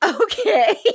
Okay